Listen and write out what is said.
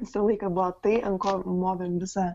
visą laiką buvo tai ant ko movėm visą